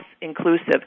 inclusive